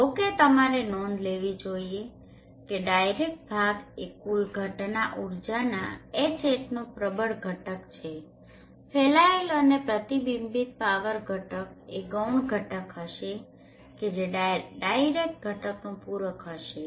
જો કે તમારે નોંધ લેવી જોઈએ કે ડાયરેક્ટ ભાગ એ કુલ ઘટના ઊર્જાના Hatનો પ્રબળ ઘટક છે ફેલાયેલ અને પ્રતિબિંબિત પાવર ઘટક એ ગૌણ ઘટક હશે કે જે ડાયરેક્ટ ઘટકનો પુરક હશે